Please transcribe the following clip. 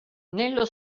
nello